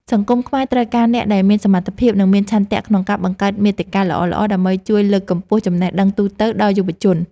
សង្គមខ្មែរត្រូវការអ្នកដែលមានសមត្ថភាព និងមានឆន្ទៈក្នុងការបង្កើតមាតិកាល្អៗដើម្បីជួយលើកកម្ពស់ចំណេះដឹងទូទៅដល់យុវជន។